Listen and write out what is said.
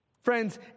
Friends